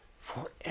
forever